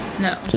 No